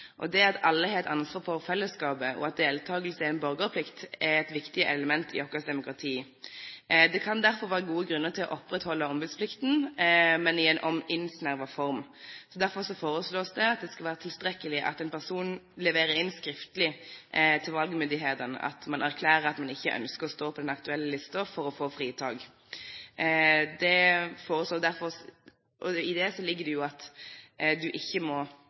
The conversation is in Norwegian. mye. Det at alle har et ansvar for fellesskapet og at deltakelse er en borgerplikt, er et viktig element i vårt demokrati. Det kan derfor være gode grunner til å opprettholde ombudsplikten, om enn i en noe mer innsnevret form. Derfor foreslås det at det skal være tilstrekkelig at en person leverer inn skriftlig til valgmyndighetene at man erklærer at man ikke ønsker å stå på den aktuelle listen for å få fritak. I det ligger det at du ikke må